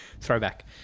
Throwback